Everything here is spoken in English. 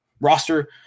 roster